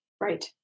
Right